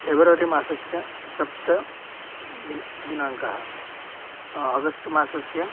फ़ेब्रवरि मासस्य सप्त दिन दिनाङ्कः आगस्ट् मासस्य